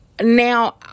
Now